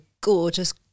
gorgeous